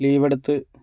leave എടുത്ത്